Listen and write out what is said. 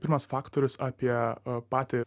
pirmas faktorius apie patį